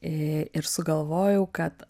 i ir sugalvojau kad